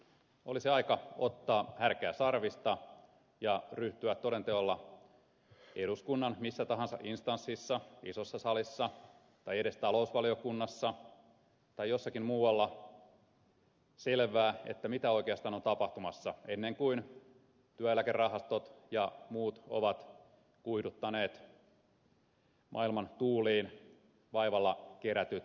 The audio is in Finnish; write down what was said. olisi aika ottaa härkää sarvista ja ryhtyä todenteolla eduskunnan missä tahansa instanssissa isossa salissa tai edes talousvaliokunnassa tai jossakin muualla selvittämään mitä oikeastaan on tapahtumassa ennen kuin työeläkerahastot ja muut ovat kuihduttaneet maailman tuuliin vaivalla kerätyt miljardit